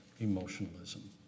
emotionalism